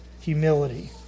humility